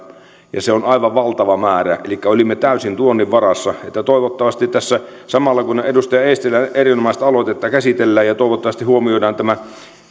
ja se on aivan valtava määrä elikkä olimme täysin tuonnin varassa että toivottavasti tässä samalla kun tätä edustaja eestilän erinomaista aloitetta käsitellään ja toivottavasti huomioidaan tämä